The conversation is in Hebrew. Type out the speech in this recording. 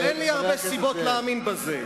אבל אין לי הרבה סיבות להאמין בזה.